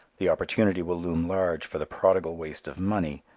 the opportunity will loom large for the prodigal waste of money,